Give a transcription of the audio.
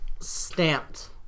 stamped